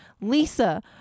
Lisa